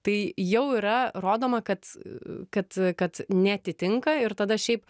tai jau yra rodoma kad kad kad neatitinka ir tada šiaip